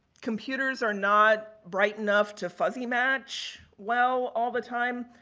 computers are not bright enough to fuzzy match well all the time.